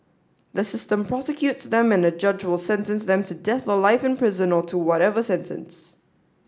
the system prosecutes them and a judge will sentence them to death or life in prison or to whatever sentence